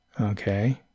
okay